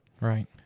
Right